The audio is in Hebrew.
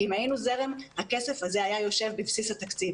כי אם היינו זרם, הכסף הזה היה יושב בבסיס התקציב.